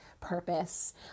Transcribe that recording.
purpose